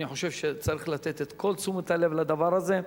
אני חושב שצריך לתת את כל תשומת הלב לדבר הזה.